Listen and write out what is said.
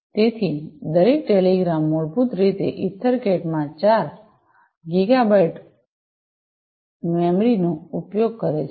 તેથી દરેક ટેલિગ્રામ મૂળભૂત રીતે ઇથરકેટ માં 4 ગીગાબાઇટ સુધીની મેમરી નો ઉપયોગ કરે છે